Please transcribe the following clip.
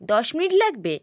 দশ মিনিট লাগবে